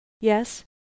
Yes